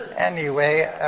anyway,